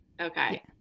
Okay